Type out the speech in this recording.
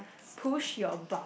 push your bu~